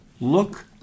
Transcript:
look